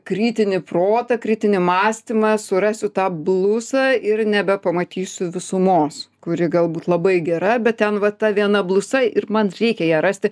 kritinį protą kritinį mąstymą surasiu tą blusą ir nebepamatysiu visumos kuri galbūt labai gera bet ten va ta viena blusa ir man reikia ją rasti